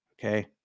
okay